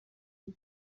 nic